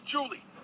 Julie